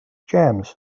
james